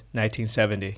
1970